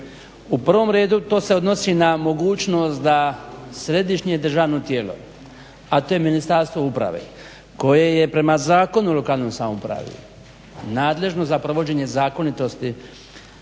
U prvom redu to se odnosi na mogućnost da središnje državno tijelo, a to je Ministarstvo uprave koje je prema Zakonu o lokalnoj samoupravi nadležno za provođenje zakonitosti